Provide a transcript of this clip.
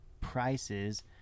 prices